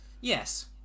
Yes